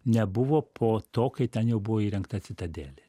nebuvo po to kai ten jau buvo įrengta citadelė